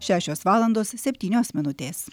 šešios valandos septynios minutės